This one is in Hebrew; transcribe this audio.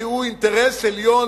כי הוא אינטרס עליון,